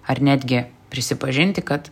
ar netgi prisipažinti kad